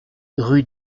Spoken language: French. rue